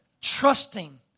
trusting